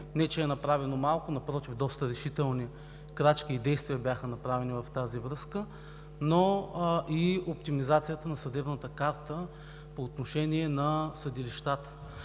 не че е направено малко, напротив доста решителни крачки и действия бяха направени в тази връзка, но и оптимизацията на съдебната карта по отношение на съдилищата.